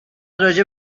راجع